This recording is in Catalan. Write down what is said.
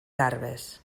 garbes